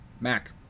Mac